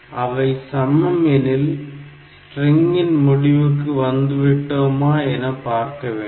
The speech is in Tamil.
அவை சமம் எனில் ஸ்ட்ரிங்கின் முடிவுக்கு வந்து விட்டோமா என பார்க்கவேண்டும்